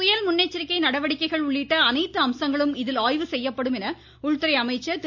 புயல் முன்னெச்சரிக்கை நடவடிக்கைகள் உள்ளிட்ட அனைத்து அம்சங்களும் ஆய்வு செய்யப்படும் என்று உள்துறை அமைச்சர் இதில் திரு